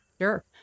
Sure